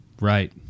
Right